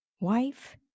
wife